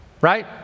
right